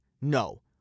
No